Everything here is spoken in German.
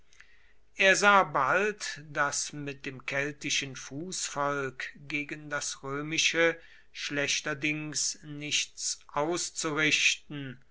er sah bald daß mit dem keltischen fußvolk gegen das römische schlechterdings nichts auszurichten